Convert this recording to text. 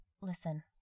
Listen